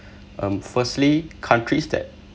um firstly countries that